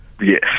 Yes